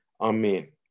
Amen